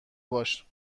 باش